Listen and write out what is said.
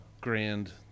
grand